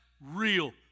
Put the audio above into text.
real